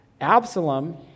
absalom